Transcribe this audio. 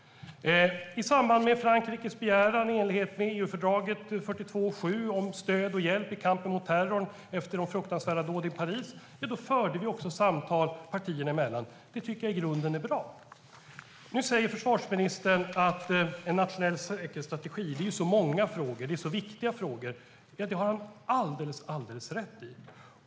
I samband med Frankrikes begäran i enlighet med EU-fördraget 42.7 om stöd och hjälp i kampen mot terrorn efter de fruktansvärda dåden i Paris förde vi också samtal partierna emellan. Det tycker jag i grunden är bra. Nu säger försvarsministern att en nationell säkerhetsstrategi handlar om så många och viktiga frågor. Det har han alldeles rätt i.